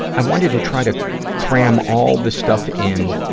i wanted to try to cram all the stuff in, ah,